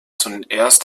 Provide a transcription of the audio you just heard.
zuerst